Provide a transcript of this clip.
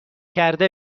کرده